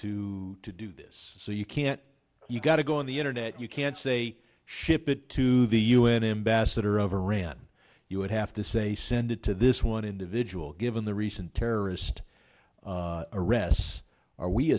to do this so you can't you got to go on the internet you can't say ship it to the u n ambassador of iran you would have to say send it to this one individual given the recent terrorist arrests are we